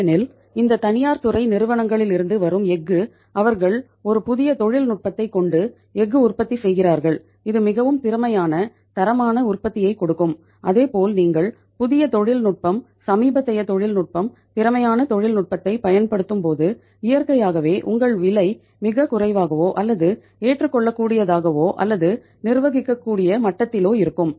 ஏனெனில் இந்த தனியார் துறை நிறுவனங்களிலிருந்து வரும் எஃகு அவர்கள் ஒரு புதிய தொழில்நுட்பத்தைக் கொண்டு எஃகு உற்பத்தி செய்கிறார்கள் இது மிகவும் திறமையான தரமான உற்பத்தியைக் கொடுக்கும் அதே போல் நீங்கள் புதிய தொழில்நுட்பம் சமீபத்திய தொழில்நுட்பம் திறமையான தொழில்நுட்பத்தை பயன்படுத்தும் போது இயற்கையாகவே உங்கள் விலை மிகக் குறைவாகவோ அல்லது ஏற்றுக்கொள்ளக்கூடியதாகவோ அல்லது நிர்வகிக்கக்கூடிய மட்டத்திலோ இருக்கும்